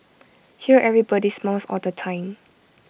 here everybody smiles all the time